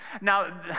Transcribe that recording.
Now